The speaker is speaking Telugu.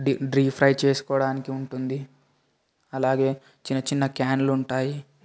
డ్రీ డీప్ ఫ్రై చేసుకోడానికుంటుంది అలాగే చిన్న చిన్న క్యానులుంటాయి